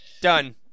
done